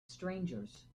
strangers